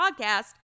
podcast